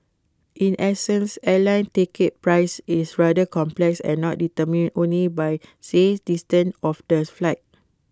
in essence airline ticket price is rather complex and not determined only by say distance of the flight